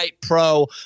Pro